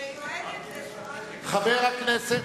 חבר הכנסת